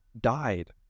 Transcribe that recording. died